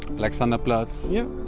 alexanderplatz yap,